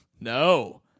No